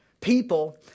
people